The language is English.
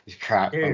crap